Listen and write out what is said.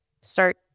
start